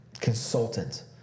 consultant